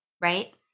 Right